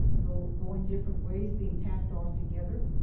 though going different ways, being packed off together.